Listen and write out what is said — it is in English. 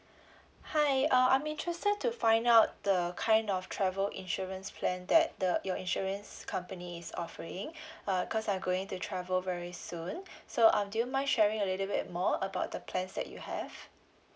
hi uh I'm interested to find out the kind of travel insurance plan that the your insurance company is offering uh cause I going to travel very soon so um do you mind sharing a little bit more about the plans that you have